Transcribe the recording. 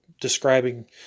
describing